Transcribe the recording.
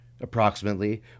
approximately